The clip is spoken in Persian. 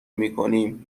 میکنیم